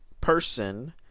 person